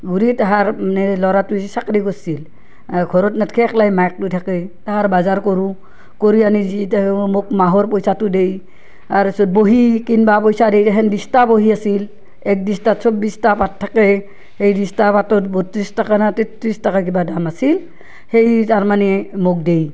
ঘূৰি তাহাৰ মানে ল'ৰাটোৱে যে চাকৰি কৰছিল ঘৰত নাথকে একলাই মাকে লৈ থাকে তাহাৰ বাজাৰ কৰোঁ কৰি আনি যি দেওঁ মোক মাহৰ পইচাটো দেই তাৰপাছত বহী কিনবা পইচা দিয়ে তেহেন দিস্তা বহী আছিল এক দিস্তাত চৌব্বিছটা পাত থাকে সেই দিস্তা পাতত বত্ৰিছ টকা না তেত্ৰিছ টকা কিবা দাম আছিল সেই তাৰমানে মোক দিয়ে